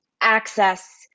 access